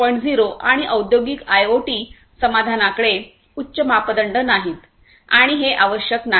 0 आणि औद्योगिक आयओटी समाधानाकडे उच्च मापदंड नाहीत आणि हे आवश्यक नाही